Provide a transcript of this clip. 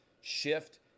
shift